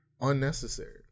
unnecessary